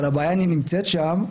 אבל הבעיה נמצאת שם,